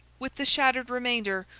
with the shattered remainder,